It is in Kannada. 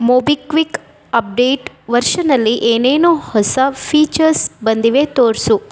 ಮೊಬಿಕ್ವಿಕ್ ಅಪ್ಡೇಟ್ ವರ್ಷನ್ನಲ್ಲಿ ಏನೇನು ಹೊಸ ಫೀಚರ್ಸ್ ಬಂದಿವೆ ತೋರಿಸು